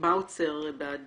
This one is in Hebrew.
מה עוצר בעד